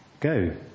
Go